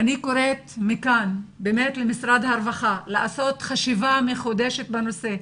אני קוראת מכאן באמת למשרד הרווחה לעשות חשיבה מחודשת בנושא.